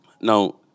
Now